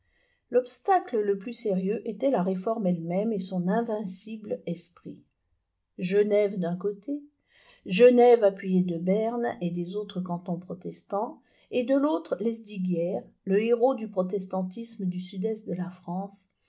l'obstacle le plus sérieux était la réforme elle-même et son invincible esprit genève d'un côté genève appuyée de berne et des autres cantons protestants et de l'autre lesdiguières le héros du protestantisme du sud-est de la france